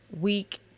week